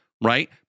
right